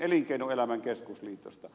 elinkeinoelämän keskusliitosta